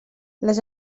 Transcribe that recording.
les